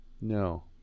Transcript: No